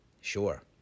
sure